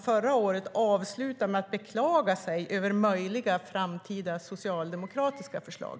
Förra året avslutade man med att beklaga sig över möjliga framtida socialdemokratiska förslag.